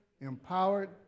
empowered